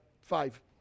five